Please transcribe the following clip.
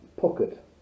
Pocket